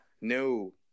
no